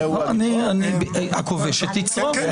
איזהו הגיבור ------ הכובש את יצרו.